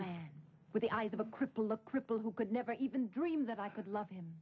man with the eyes of a cripple look cripple who could never even dream that i could lov